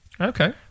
Okay